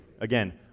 Again